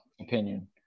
opinion